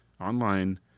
online